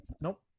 Nope